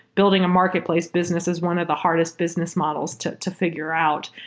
building a marketplace businesses one of the hardest business models to to figure out.